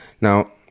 Now